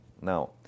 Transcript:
Now